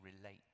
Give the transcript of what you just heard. relate